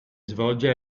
svolge